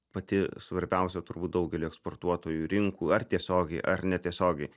pati svarbiausia turbūt daugeliui eksportuotojų rinkų ar tiesiogiai ar netiesiogiai